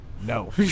No